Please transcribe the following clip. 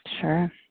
Sure